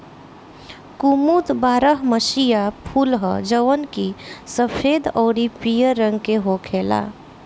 कुमुद बारहमसीया फूल ह जवन की सफेद अउरी पियर रंग के होखेला